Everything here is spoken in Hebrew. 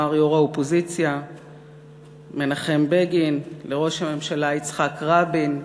אמר יו"ר האופוזיציה מנחם בגין לראש הממשלה יצחק רבין.